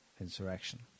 insurrection